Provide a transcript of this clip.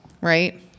Right